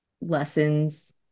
Lessons